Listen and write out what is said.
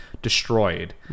destroyed